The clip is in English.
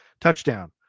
touchdown